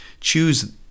choose